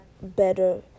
better